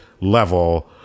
level